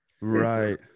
Right